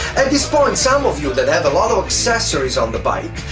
at this point some of you that have a lot of accessories on the bike,